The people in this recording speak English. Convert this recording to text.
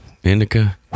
Indica